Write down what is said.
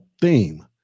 theme